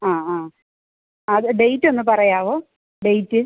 ആ ആ അത് ഡെയ്റ്റൊന്ന് പറയാമോ ഡെയ്റ്റ്